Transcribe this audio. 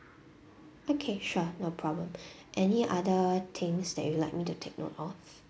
okay sure no problem any other things that you like me to take note of